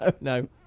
No